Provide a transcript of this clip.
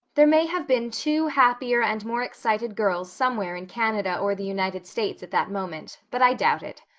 there may have been two happier and more excited girls somewhere in canada or the united states at that moment, but i doubt it.